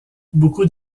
beaucoup